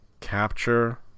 capture